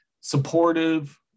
supportive